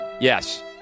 Yes